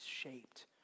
shaped